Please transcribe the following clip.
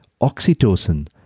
Oxytocin